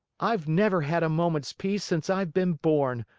i've never had a moment's peace since i've been born!